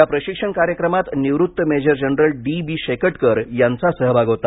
या प्रशिक्षण कार्यक्रमात निवृत्त major general D B Shekatkar यांचा सहभाग होता